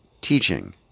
teaching